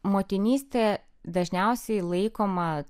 motinystė dažniausiai laikoma